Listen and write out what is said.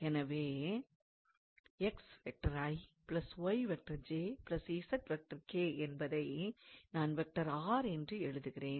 எனவே என்பதை நான் என்று எழுதுகிறேன்